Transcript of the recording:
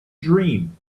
dream